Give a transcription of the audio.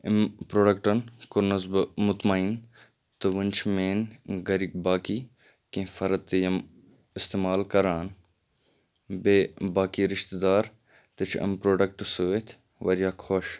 أمۍ پرٛوڈَکٹَن کوٚرنَس بہٕ مُطمیٖن تہٕ وۄنۍ چھِ میٛٲنۍ گھرِکۍ باقٕے کیٚنٛہہ فرد تہِ یِم اِستعمال کران بیٚیہِ باقٕے رِشتہٕ دار تہِ چھِ اَمہِ پرٛوڈکٹہٕ سۭتۍ واریاہ خۄش